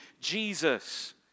Jesus